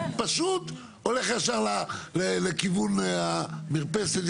פשוט הולך ישר לכיוון המרפסת,